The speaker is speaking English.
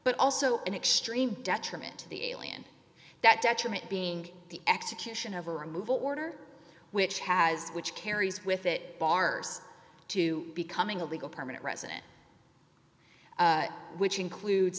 but also an extreme detriment to the alien that detriment being the execution of a removal order which has which carries with it bars to becoming a legal permanent resident which includes